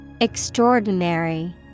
Extraordinary